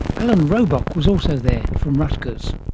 alan robock was also there from rutgers.